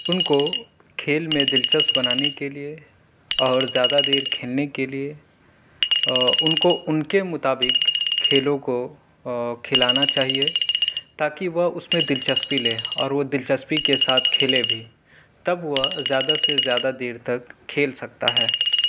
ان کو کھیل میں دلچسپ بنانے کے لئے اور زیادہ دیر کھیلنے کے لئے ان کو ان کے مطابق کھیلوں کو کھلانا چاہیے تاکہ وہ اس میں دلچسپی لیں اور وہ دلچسپی کے ساتھ کھیلے بھی تب وہ زیادہ سے زیادہ دیر تک کھیل سکتا ہے